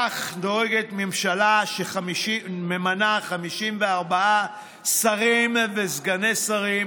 כך דואגת ממשלה שממנה 54 שרים וסגני שרים,